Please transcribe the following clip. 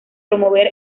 promover